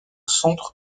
centre